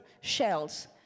shells